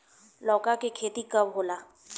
लौका के खेती कब होला?